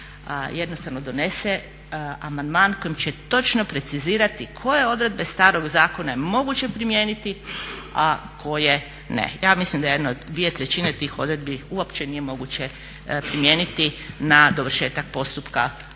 jednostavno donese amandman kojim će točno precizirati koje odredbe starog zakona je moguće primijeniti, a koje ne. Ja mislim da jedno dvije trećine tih odredbi uopće nije moguće primijeniti na dovršetak postupaka koji